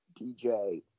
DJ